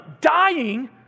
dying